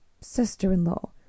sister-in-law